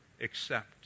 accept